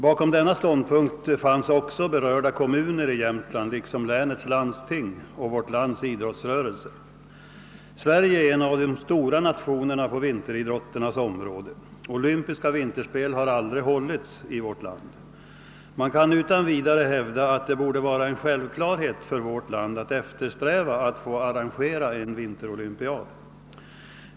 Bakom denna ståndpunkt stod också berörda kommuner i Jämt land liksom länets landsting och vårt lands idrottsrörelse. : Sverige är en av de stora nationerna på vinteridrotternas område. Olympiska vinterspel har aldrig hållits i vårt land. Man kan utan vidare hävda att det borde vara självklart för vårt land att eftersträva att få arrangera en vinterolympiad.